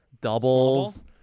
doubles